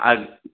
আর